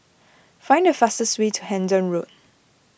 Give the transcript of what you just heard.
find the fastest way to Hendon Road